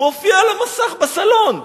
מופיע על המסך בסלון.